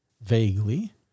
vaguely